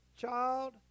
child